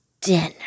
dinner